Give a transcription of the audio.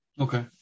Okay